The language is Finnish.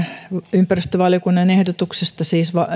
ympäristövaliokunnan ehdotuksesta